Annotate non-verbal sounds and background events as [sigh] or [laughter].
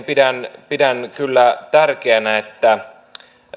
[unintelligible] pidän pidän kyllä tärkeänä että